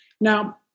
Now